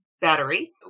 battery